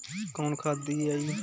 कौन खाद दियई?